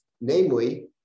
namely